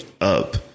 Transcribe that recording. up